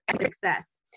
success